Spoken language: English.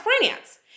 finance